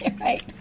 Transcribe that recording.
Right